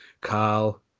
Carl